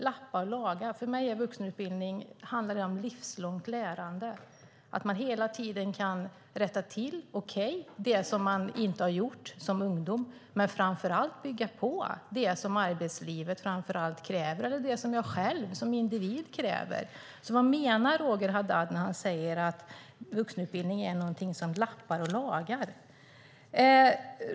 För mig handlar vuxenutbildning om livslångt lärande och om att man hela tiden kan rätta till det som man inte har gjort som ung men framför allt om att bygga på det som arbetslivet kräver och det som jag själv som individ kräver. Vad menar Roger Haddad när han säger att vuxenutbildningen är någonting där man lappar och lagar?